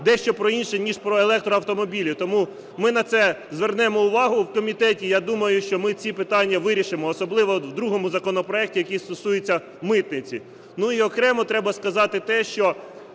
дещо про інше ніж про електроавтомобілі. Тому ми на це звернемо увагу в комітеті. Я думаю, що ми ці питання вирішимо, особливо в другому законопроекті, який стосується митниці. Ну і окремо треба сказати те, що